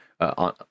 on